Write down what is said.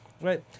right